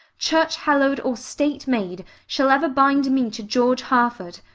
church-hallowed or state-made, shall ever bind me to george harford.